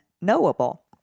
knowable